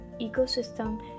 ecosystem